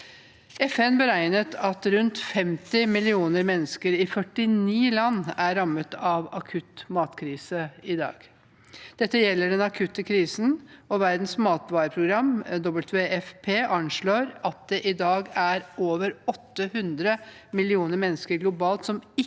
FN beregner at rundt 50 millioner mennesker i 49 land er rammet av akutt matkrise i dag. Dette gjelder den akutte krisen. Verdens matvareprogram, WFP, anslår at det i dag er over 800 millioner mennesker globalt som ikke